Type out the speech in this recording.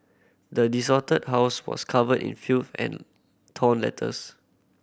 the desolated house was covered in filth and torn letters